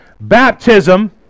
baptism